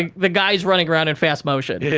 and the guy's running around in fast motion. yeah